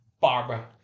Barbara